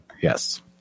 Yes